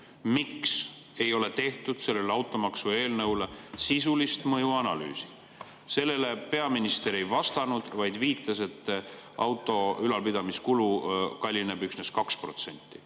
miks ei ole tehtud automaksu eelnõu kohta sisulist mõjuanalüüsi? Sellele peaminister ei vastanud, vaid viitas, et auto ülalpidamiskulu kallineb